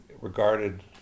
regarded